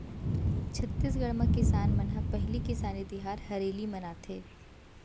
छत्तीसगढ़ म किसान मन ह पहिली किसानी तिहार हरेली मनाथे